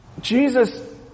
Jesus